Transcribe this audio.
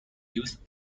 youth